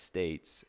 States